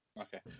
Okay